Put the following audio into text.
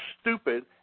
stupid